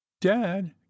dad